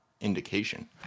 indication